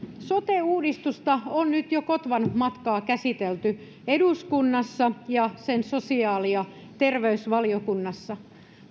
sote uudistusta on nyt jo kotvan matkaa käsitelty eduskunnassa ja sen sosiaali ja terveysvaliokunnassa